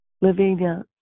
Lavinia